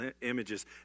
images